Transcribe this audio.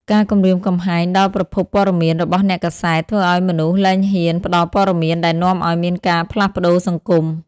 ការគំរាមកំហែងដល់ប្រភពព័ត៌មានរបស់អ្នកកាសែត ធ្វើឱ្យមនុស្សលែងហ៊ានផ្តល់ព័ត៌មានដែលនាំឱ្យមានការផ្លាស់ប្តូរសង្គម។